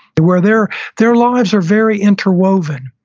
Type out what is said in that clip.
but where their their lives are very interwoven.